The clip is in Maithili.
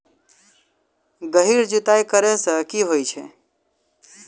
गहिर जुताई करैय सँ की होइ छै?